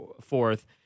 fourth